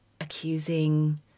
accusing